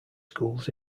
schools